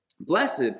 Blessed